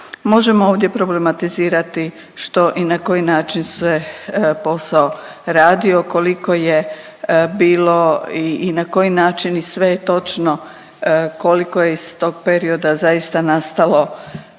Možemo ovdje problematizirati što i na koji način sve posao radio, koliko je bilo i na koji način i sve točno koliko je iz tog perioda zaista nastalo